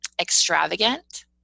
extravagant